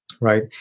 right